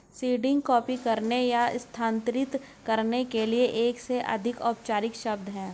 seeding copy करने या स्थानांतरित करने के लिए एक अधिक औपचारिक शब्द है